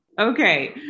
Okay